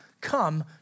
come